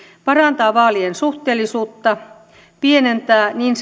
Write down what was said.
parantaa vaalien suhteellisuutta pienentää niin